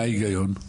מה ההגיון?